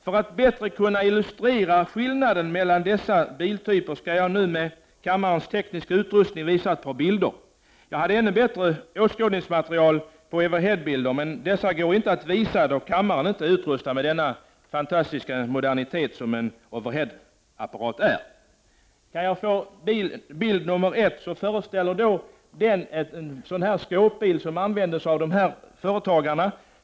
För att bättre illustrera skillnaderna mellan dessa biltyper skall jag nu med hjälp av kammarens tekniska utrustning visa ett par bilder. Om det hade funnits en overhead-apparat hade jag kunnat visa ett ännu bättre åskådningsmaterial. Men kammaren är inte utrustad med en så fantastisk modernitet som en overhead-apparat. Bild nr 1 visar en skåpbil som används av företagare.